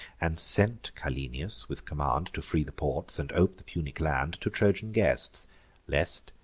and sent cyllenius with command to free the ports, and ope the punic land to trojan guests lest,